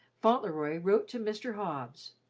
fauntleroy wrote to mr. hobbs.